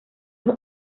dos